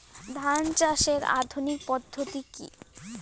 ধান চাষের আধুনিক পদ্ধতি কি?